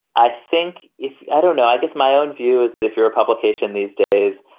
i think if i don't know, i guess my own view is that if you're a publication these days.